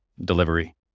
delivery